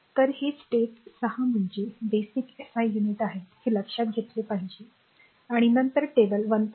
तर हे स्टेट 6 म्हणजे बेसिक एसआय युनिट आहेत हे लक्षात घेतले पाहिजे आणि नंतर टेबल 1